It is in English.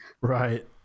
right